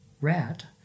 rat